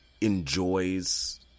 enjoys